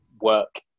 work